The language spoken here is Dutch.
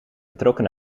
vertrokken